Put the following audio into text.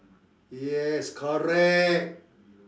yes correct